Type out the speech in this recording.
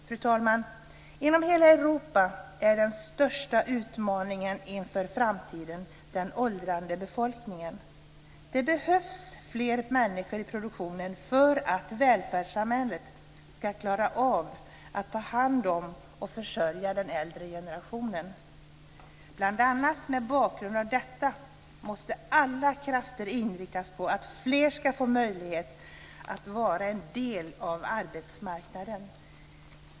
Fru talman! Inom hela Europa är den största utmaningen inför framtiden den åldrande befolkningen. Det behövs fler människor i produktionen för att välfärdssamhället ska klara av att ta hand om och försörja den äldre generationen. Bl.a. mot bakgrund av detta måste alla krafter inriktas på att fler ska få möjlighet att vara en del av arbetsmarknaden.